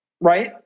right